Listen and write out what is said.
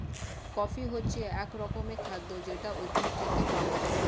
coffee হচ্ছে এক রকমের খাদ্য যেটা উদ্ভিদ থেকে পাওয়া যায়